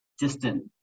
distant